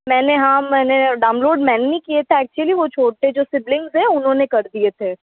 मैंने हाँ मैंने डाउनलोड मैंने नहीं किये थे ऐक्चुअली वो छोटे जो सिबलिंग थे उन्होंने कर दिए थे